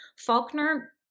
Faulkner